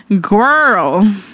girl